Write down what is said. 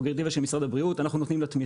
לא.